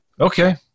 Okay